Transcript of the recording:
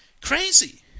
crazy